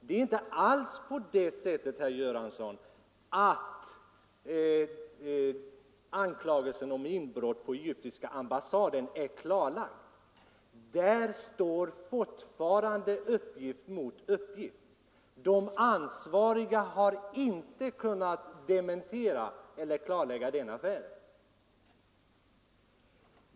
Det är inte alls på det sättet, herr Göransson, att anklagelsen om inbrott på den egyptiska ambassaden är klarlagd. Där står fortfarande uppgift mot uppgift. De ansvariga har inte kunnat dementera eller klarlägga denna affär.